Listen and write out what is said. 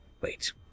Wait